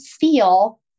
feel